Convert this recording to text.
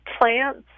plants